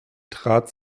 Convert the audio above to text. trat